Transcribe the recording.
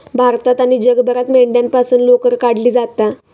भारतात आणि जगभरात मेंढ्यांपासून लोकर काढली जाता